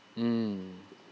mm